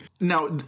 Now